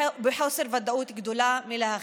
בחוסר ודאות גדול מלהכיל.